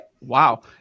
wow